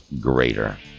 greater